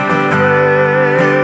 away